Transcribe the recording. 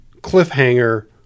cliffhanger